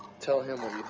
tell him what